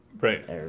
Right